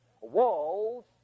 walls